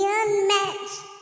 unmatched